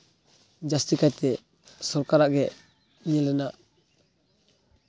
ᱡᱟᱹᱥᱛᱤ ᱠᱟᱭᱛᱮ ᱥᱚᱨᱠᱟᱨᱟᱜ ᱜᱮ ᱧᱮᱞ ᱨᱮᱱᱟᱜ